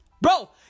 Bro